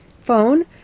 Phone